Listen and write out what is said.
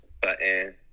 Button